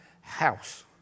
house